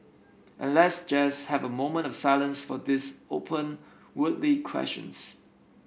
and let's just have a moment of silence for these open worldly questions